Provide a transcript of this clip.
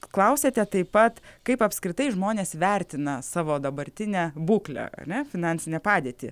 klausėte taip pat kaip apskritai žmonės vertina savo dabartinę būklę ne finansinę padėtį